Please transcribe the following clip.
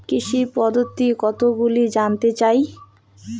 কৃষি পদ্ধতি কতগুলি জানতে চাই?